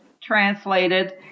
translated